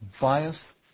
bias